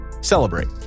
celebrate